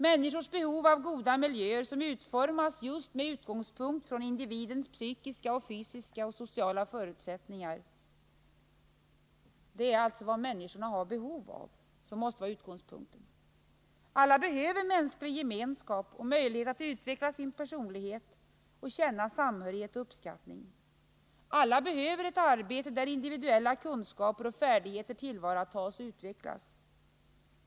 Människor har behov av goda miljöer som utformas med utgångspunkt i individens psykiska, fysiska och sociala förutsättningar. Alla behöver mänsklig gemenskap och möjlighet att utveckla sin personlighet och känna samhörighet och uppskattning. Alla behöver ett arbete där individuella kunskaper och färdigheter tillvaratas och utvecklas.